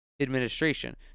administration